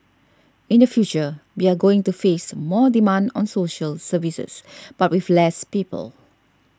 in the future we are going to face more demand on social services but with less people